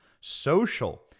Social